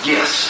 Yes